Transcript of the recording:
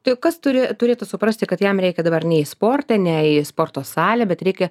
tai kas turi turėtų suprasti kad jam reikia dabar ne į sportą ne į sporto salę bet reikia